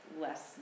less